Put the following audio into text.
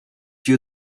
you